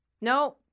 No